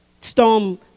storm